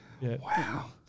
Wow